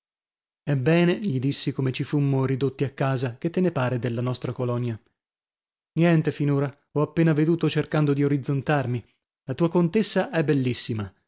intermedii ebbene gli dissi come ci fummo ridotti a casa che te ne pare della nostra colonia niente finora ho appena veduto cercando di orizzontarmi la tua contessa è bellissima